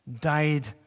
died